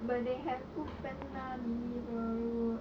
but they have Foodpanda Deliveroo